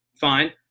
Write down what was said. fine